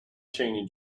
chaney